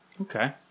Okay